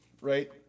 right